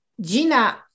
Gina